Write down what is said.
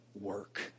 work